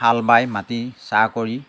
হাল বাই মাটি চাহ কৰি